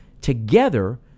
together